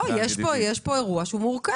אין ספק שיש פה אירוע שהוא מורכב.